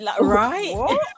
Right